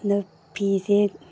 ꯑꯗꯨ ꯐꯤꯁꯦ